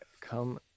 come